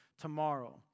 tomorrow